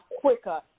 quicker